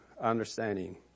understanding